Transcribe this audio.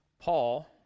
Paul